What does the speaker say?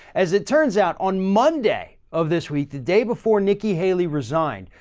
as it turns out, on monday of this week, the day before nikki haley resigned,